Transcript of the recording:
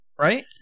Right